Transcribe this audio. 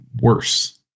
worse